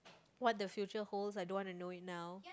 what the future holds I don't wanna know it now